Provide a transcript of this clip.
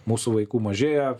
mūsų vaikų mažėja